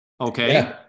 Okay